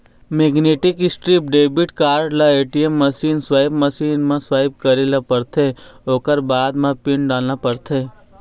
magnetic strip debit card ल ATM machine, swipe machine म swipe करे ल परथे ओखर बाद म पिन डालना परथे